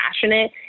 passionate